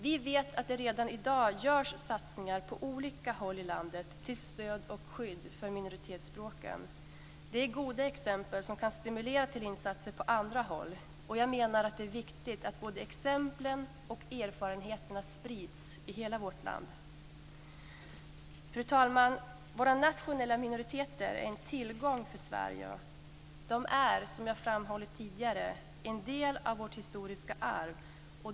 Vi vet att det redan i dag görs satsningar på olika håll i landet till stöd och skydd för minoritetsspråken. Det är goda exempel som kan stimulera till insatser på andra håll. Jag menar att det är viktigt att både exemplen och erfarenheterna sprids i hela vårt land. Fru talman! Våra nationella minoriteter är en tillgång för Sverige. De är, som jag framhållit tidigare, en del av vårt historiska arv.